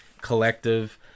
collective